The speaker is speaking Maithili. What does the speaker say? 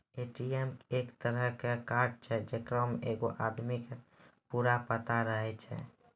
ए.टी.एम एक तरहो के कार्ड छै जेकरा मे एगो आदमी के पूरा पता रहै छै